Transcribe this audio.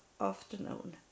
afternoon